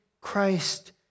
Christ